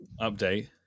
update